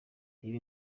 reba